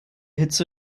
hitze